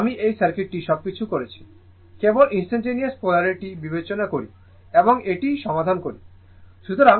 আমি এই সার্কিটটি সবকিছু করেছি কেবল ইনস্টানটানেওয়াস পোলারিটি বিবেচনা করি এবং এটি সমাধান করি